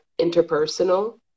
interpersonal